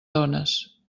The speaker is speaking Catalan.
dones